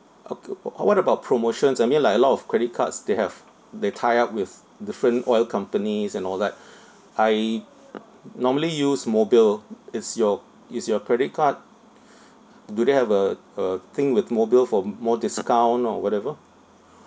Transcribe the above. okay uh what about promotions I mean like a lot of credit cards they have they tie up with different oil companies and all that I normally use mobil is your is your credit card do they have uh a thing with mobil for more discount or whatever